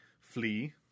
flee